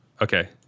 Okay